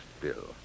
Bill